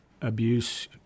abuse